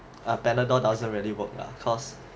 a panadol doesn't really work lah cause